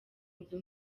nzu